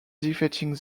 defeating